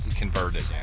converted